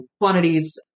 quantities